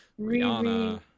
rihanna